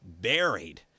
buried